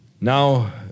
Now